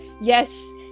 yes